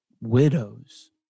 Widows